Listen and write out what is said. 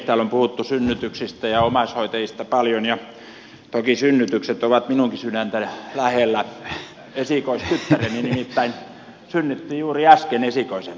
täällä on puhuttu synnytyksistä ja omaishoitajista paljon ja toki synnytykset ovat minunkin sydäntäni lähellä esikoistyttäreni nimittäin synnytti juuri äsken esikoisensa